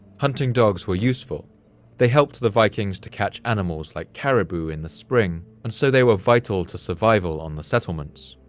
hunting dogs were useful they helped the vikings to catch animals like caribou in the spring, and so they were vital to survival on the settlements.